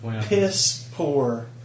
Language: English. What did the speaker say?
piss-poor